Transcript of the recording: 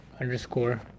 underscore